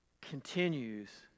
continues